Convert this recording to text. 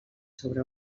sobre